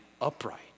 upright